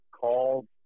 called